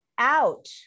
out